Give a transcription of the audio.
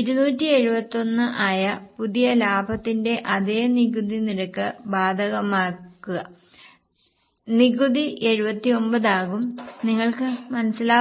271 ആയ പുതിയ ലാഭത്തിന് അതേ നികുതി നിരക്ക് ബാധകമാക്കുക നികുതി 79 ആകും നിങ്ങൾക്ക് മനസിലാകുന്നുണ്ടോ